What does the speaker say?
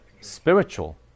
Spiritual